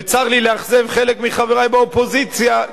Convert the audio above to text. וצר לי לאכזב חלק מחברי באופוזיציה,